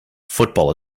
football